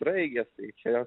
sraigės čia